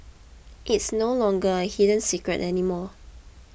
it's no longer a hidden secret anymore